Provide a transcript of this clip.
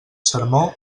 sermó